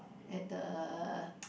at the